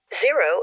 Zero